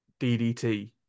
DDT